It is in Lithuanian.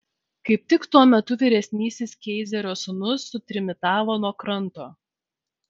kaip tik tuo metu vyresnysis keizerio sūnus sutrimitavo nuo kranto